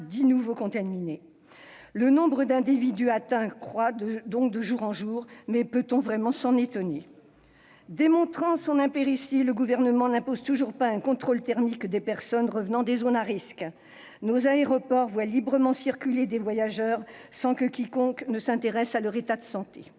dix nouveaux contaminés. Le nombre d'individus atteints croît donc de jour en jour. Peut-on vraiment s'en étonner ? Démontrant son impéritie, le Gouvernement n'impose toujours pas un contrôle thermique des personnes revenant des zones à risque. Nos aéroports voient librement circuler des voyageurs sans que quiconque s'intéresse à leur état de santé.